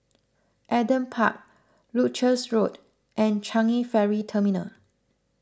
Adam Park Leuchars Road and Changi Ferry Terminal